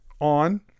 on